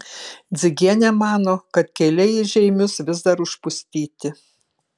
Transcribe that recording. dzigienė mano kad keliai į žeimius vis dar užpustyti